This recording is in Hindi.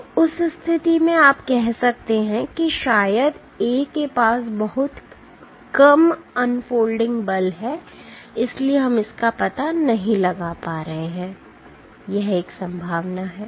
तो उस स्थिति में आप कह सकते हैं कि शायद A के पास बहुत कम अनफोल्डिंग बल है इसीलिए हम इसका पता नहीं लगा सकते हैं या यह एक संभावना है